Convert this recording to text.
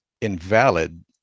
invalid